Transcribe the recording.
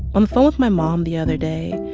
on the phone with my mom the other day,